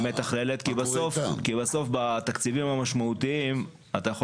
כי בסוף בתקציבים המשמעותיים אתה יכול